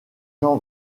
jean